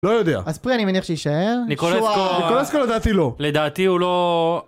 לא יודע. אז פוי אני מניח שהיא שיישאר. ניקולסקו. שהוא ה... ניקולסקו לדעתי לא. לדעתי הוא לא...